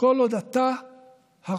כל עוד אתה הרודף.